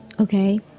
okay